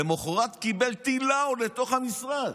למוחרת קיבל טיל לאו לתוך המשרד.